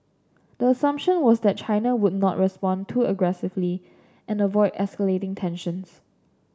the assumption was that China would not respond too aggressively and avoid escalating tensions